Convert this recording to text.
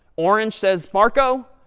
orange says marco,